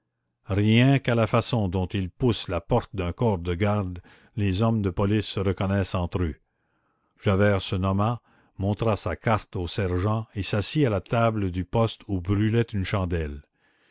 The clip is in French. rien qu'à la façon dont ils poussent la porte d'un corps de garde les hommes de police se reconnaissent entre eux javert se nomma montra sa carte au sergent et s'assit à la table du poste où brûlait une chandelle